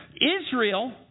Israel